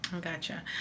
gotcha